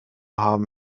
haben